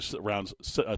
rounds